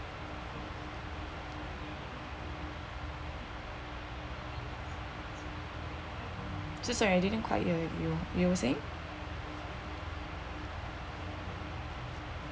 so sorry I didn't quite the you were saying